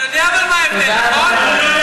אתה יודע מה ההבדל, נכון?